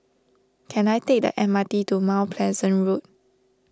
can I take the M R T to Mount Pleasant Road